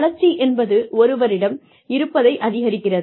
வளர்ச்சி என்பது ஒருவரிடம் இருப்பதை அதிகரிக்கிறது